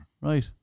Right